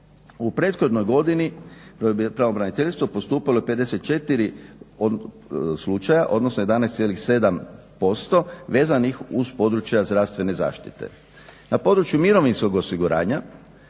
U prethodnoj godini je pravobraniteljstvo postupalo u 54 slučaja, odnosno 11,7% vezanih uz područja zdravstvene zaštite. Na području mirovinskog osiguranja